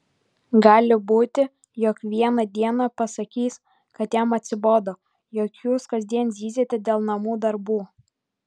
gali būti jog vieną dieną pasakys kad jam atsibodo jog jūs kasdien zyziate dėl namų darbų